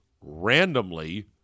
randomly